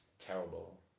terrible